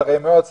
שרי מאות,